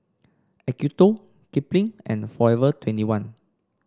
Acuto Kipling and Forever twenty one